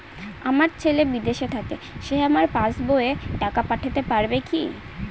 আমার ছেলে বিদেশে থাকে সে আমার পাসবই এ টাকা পাঠাতে পারবে কি?